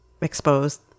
exposed